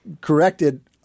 corrected